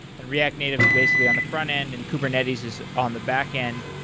and react native is basically on the front-end and kubernetes is on the back-end.